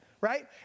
right